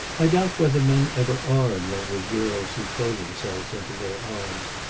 i doubt whether men ever are in love with girls who throw themselves into their arms.